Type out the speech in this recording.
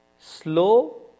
Slow